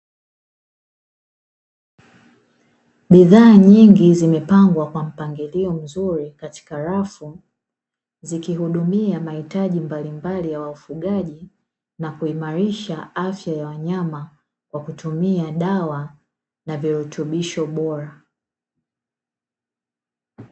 Bidhaa nyingi zimepangwa kwa mpangilio mzuri katika rafu, zikihudumia mahitaji mbalimbali ya wafugaji, na kuimarisha afya ya wanyama, kwa kutumia dawa na virutubisho bora.